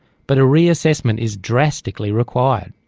but a reassessment is drastically required.